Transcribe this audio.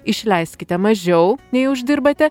išleiskite mažiau nei uždirbate